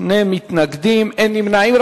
שני מתנגדים, אין נמנעים.